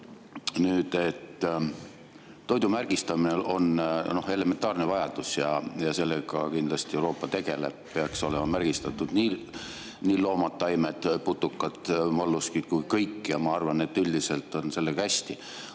on see. Toidu märgistamine on elementaarne vajadus ja sellega kindlasti Euroopa [Liit] tegeleb. Peaks olema märgistatud nii loomad, taimed, putukad, molluskid kui ka kõik [muu] ja ma arvan, et üldiselt on sellega hästi.